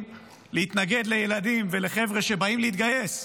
להתנגד לילדים ולחבר'ה שבאים להתגייס,